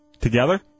Together